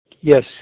Yes